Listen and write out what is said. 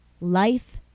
life